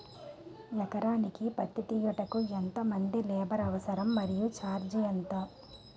ఎకరానికి పత్తి తీయుటకు ఎంత మంది లేబర్ అవసరం? మరియు ఛార్జ్ ఎంత?